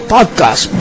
Podcast